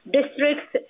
districts